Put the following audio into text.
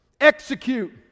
Execute